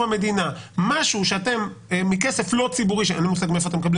המדינה משהו מכסף לא ציבורי אין לי מושג מאיפה אתה מקבלים